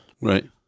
Right